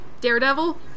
Daredevil